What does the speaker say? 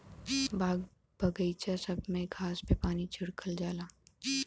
बाग बगइचा सब में घास पे पानी छिड़कल जाला